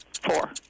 Four